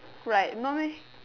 right no meh